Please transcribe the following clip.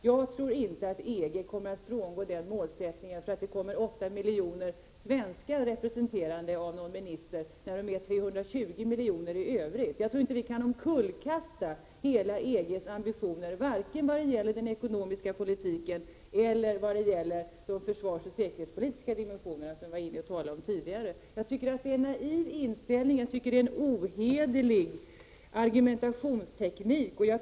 Jag tror inte att EG kommer att frångå den målsättningen därför att det kommer 8 miljoner svenskar, representerade av någon minister; de är 320 miljoner i övrigt. Jag tror inte vi kan kullkasta EG:s ambitioner, varken när det gäller den ekonomiska politiken eller när det gäller de försvarsoch säkerhetspolitiska dimensioner som vi talade om tidigare. Tror man det har man en naiv inställning eller en ohederlig argumentationsteknik.